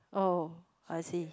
oh I see